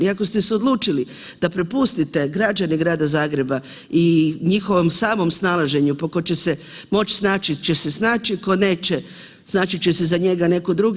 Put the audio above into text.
I ako ste se odlučili da prepustite građane Grada Zagreba i njihovom samom snalaženju, pa tko će se moći snaći će se snaći, tko neće, snaći će se za njega netko drugi.